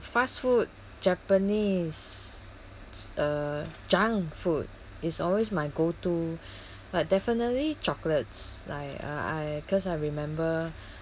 fast food japanese uh junk food is always my go to but definitely chocolates like uh I cause I remember